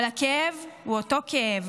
אבל הכאב הוא אותו כאב,